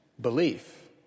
Belief